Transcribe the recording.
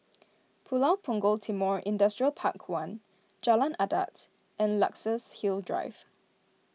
Pulau Punggol Timor Industrial Park one Jalan Adat and Luxus Hill Drive